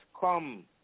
come